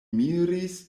miris